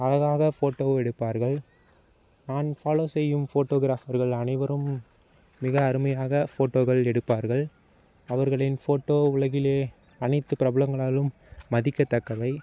அழகாக ஃபோட்டோ எடுப்பார்கள் நான் ஃபாலோ செய்யும் ஃபோட்டோக்ராஃபர்கள் அனைவரும் மிக அருமையாக ஃபோட்டோக்கள் எடுப்பார்கள் அவர்களின் ஃபோட்டோ உலகிலே அனைத்து பிரபலங்களாலும் மதிக்கத்தக்கவை